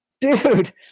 dude